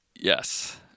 Yes